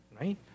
right